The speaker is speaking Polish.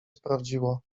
sprawdziło